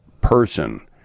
person